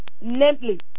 Namely